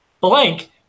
Blank